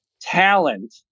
talent